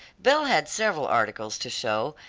belle had several articles to show,